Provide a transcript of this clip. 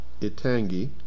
Itangi